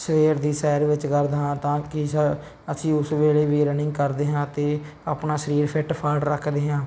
ਸਵੇਰ ਦੀ ਸੈਰ ਵਿੱਚ ਕਰਦਾ ਹਾਂ ਤਾਂ ਕਿ ਸ ਅਸੀਂ ਉਸ ਵੇਲੇ ਵੀ ਰਨਿੰਗ ਕਰਦੇ ਹਾਂ ਅਤੇ ਆਪਣਾ ਸਰੀਰ ਫਿੱਟ ਫਾਟ ਰੱਖਦੇ ਹਾਂ